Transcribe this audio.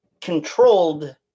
controlled